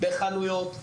זה בחנויות,